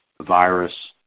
virus